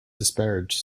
disparage